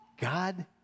God